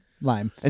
Lime